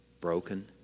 broken